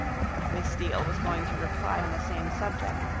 miss steele was going to reply on the same subject,